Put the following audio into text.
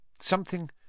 Something